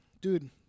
Dude